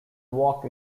work